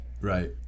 right